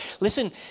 Listen